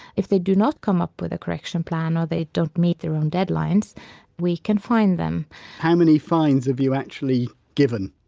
if they do not come up with a correction plan or they don't meet their own deadlines we can fine them how many fines have you actually given?